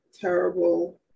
terrible